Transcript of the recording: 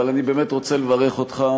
אבל אני באמת רוצה לברך אותך,